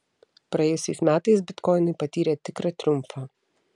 praėjusiais metais bitkoinai patyrė tikrą triumfą